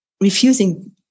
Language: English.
refusing